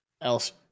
else